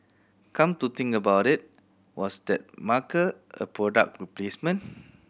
come to think about it was that marker a product replacement